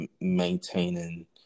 maintaining